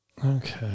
Okay